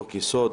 חוק יסוד: